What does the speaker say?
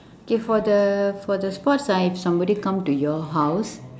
okay for the for the sports ah if somebody come to your house